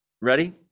Ready